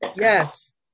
Yes